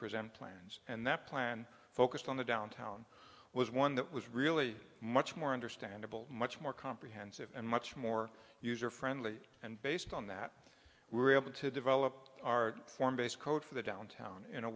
present plans and that plan focused on the downtown was one that was really much more understandable much more comprehensive and much more user friendly and based on that we were able to develop our form base code for the downtown in a